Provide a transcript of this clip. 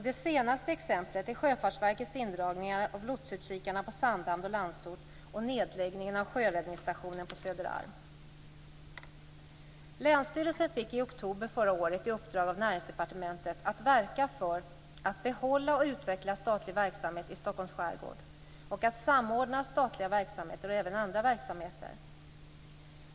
Det senaste exemplet är Sjöfartsverkets indragningar av lotsutkikarna på Sandhamn och Landsort och nedläggningen av sjöräddningsstationen på Söderarm. Länsstyrelsen fick i oktober förra året i uppdrag av Näringsdepartementet att verka för att behålla och utveckla statlig verksamhet i Stockholms skärgård och att samordna statliga verksamheter och även andra verksamheter.